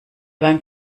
beim